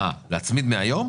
להצמיד מהיום?